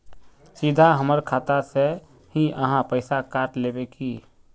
सीधा हमर खाता से ही आहाँ पैसा काट लेबे की?